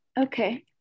Okay